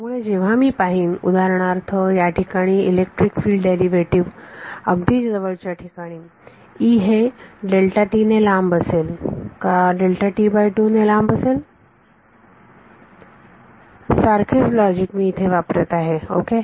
त्यामुळे जेव्हा मी पाहीन उदाहरणार्थ याठिकाणी इलेक्ट्रिक फिल्ड डेरिवेटिव अगदी जवळच्या ठिकाणी E हे ने लांब असेल का ने लांब असेल सारखेच लॉजिक मी येथे वापरत आहे ओके